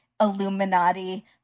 Illuminati